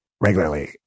regularly